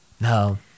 no